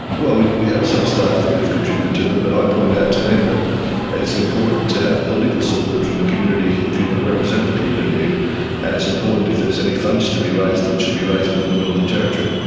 well, we have some staff that we've contributed to them, but i pointed out to them that it's important to have political support from the community if you want to represent the community. and and it's important if there's any funds to be raised, that it should be raised within the northern territory.